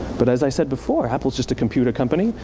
but as i said before, apple's just a computer company.